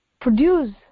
produce